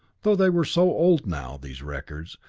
though they were so old now, these records,